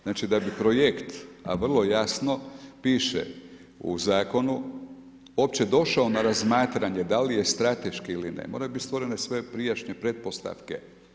Znači da bi projekt, a vrlo jasno piše u zakonu uopće došao na razmatranje da li je strateški ili ne, moraju biti stvorene sve prijašnje pretpostavke.